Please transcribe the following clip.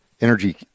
energy